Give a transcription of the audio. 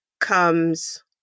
comes